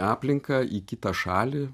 aplinką į kitą šalį